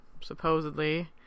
supposedly